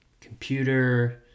computer